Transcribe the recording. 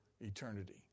eternity